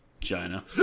China